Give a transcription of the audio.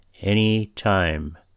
anytime